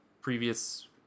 previous